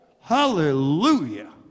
Hallelujah